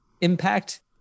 impact